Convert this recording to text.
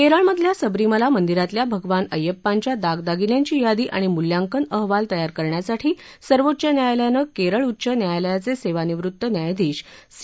केरळमधल्या सबरीमला मंदिरातल्या भगवान अय्यप्पांच्या दागदागिन्यांची यादी आणि मूल्यांकन अहवाल तयार करण्यासाठी सर्वोच्च न्यालयानं केरळ उच्च न्यायालयापे सेवानिवृत्त न्यायाधीश सी